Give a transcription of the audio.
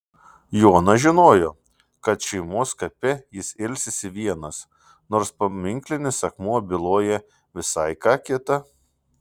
jonas žinojo kad šeimos kape jis ilsisi vienas nors paminklinis akmuo byloja visai ką kita